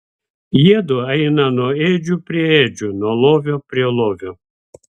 jiedu eina nuo ėdžių prie ėdžių nuo lovio prie lovio